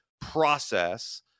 process